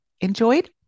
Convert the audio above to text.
enjoyed